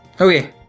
Okay